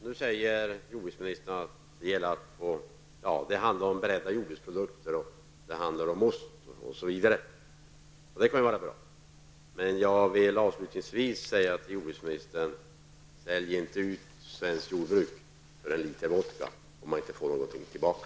Nu säger jordbruksministern att det handlar om beredda jordbruksprodukter, ost osv., och det kan ju vara bra. Men jag vill avslutningsvis säga till jordbruksministern: Sälj inte ut svenskt jordbruk för en liter vodka om ni inte får något tillbaka.